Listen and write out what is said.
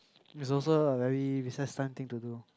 it's also a very recess time thing to do